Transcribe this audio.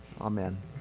amen